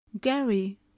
Gary